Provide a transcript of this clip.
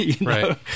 Right